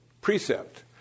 precept